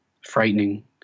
frightening